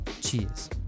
cheers